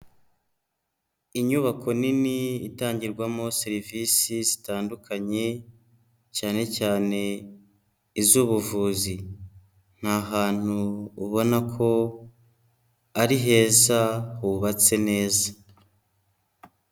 Inyubako nini itangirwamo serivisi zitandukanye, cyane cyane iz'ubuvuzi, ni ahantu ubona ko ari heza hubatse neza.